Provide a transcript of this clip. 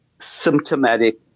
symptomatic